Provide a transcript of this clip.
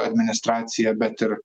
administracija bet ir